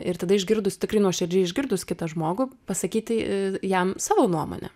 ir tada išgirdus tikrai nuoširdžiai išgirdus kitą žmogų pasakyti jam savo nuomonę